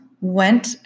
went